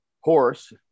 horse